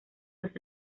los